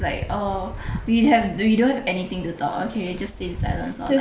we have we don't have anything to talk okay just stay in silence or like y~